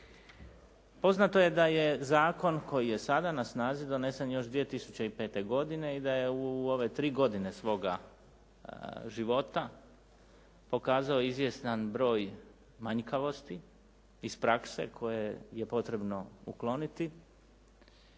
Poznato je da je zakon koji je sada na snazi donesen još 2005. godine i da je u ove tri godine svoga života pokazao izvjestan broj manjkavosti iz prakse koje je potrebno ukloniti